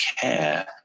care